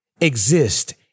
exist